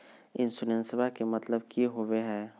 इंसोरेंसेबा के मतलब की होवे है?